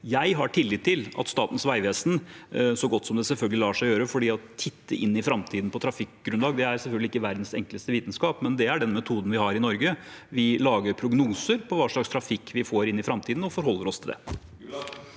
Jeg har tillit til at Statens vegvesen, selvfølgelig så godt det lar seg gjøre, titter inn i framtiden når det gjelder trafikkgrunnlag. Det er selvfølgelig ikke verdens enkleste vitenskap, men det er den metoden vi har i Norge. Vi lager prognoser for hva slags trafikk vi får i framtiden, og forholder oss til det.